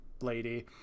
lady